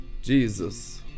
Jesus